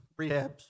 rehabs